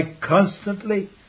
constantly